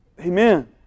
Amen